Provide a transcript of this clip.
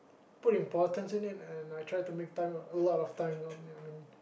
put importance in it and I try to make time a lot of time ya I mean